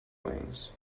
wings